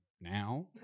now